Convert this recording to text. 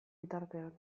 bitartean